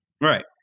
Right